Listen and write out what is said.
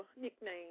Nickname